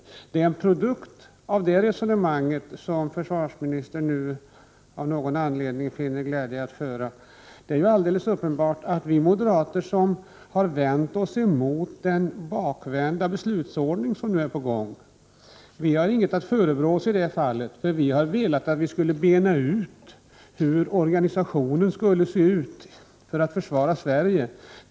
Det är en produkt av detta resonemang som försvarsministern nu av någon anledning finner glädje att tala om. Det är uppenbart att vi moderater har vänt oss emot den 43 bakvända beslutsordning som nu är på gång. Vi skall inte förebrå oss i det här fallet, för vi har velat att vi skall bena ut hur organisationen skall se ut för att försvara Sverige.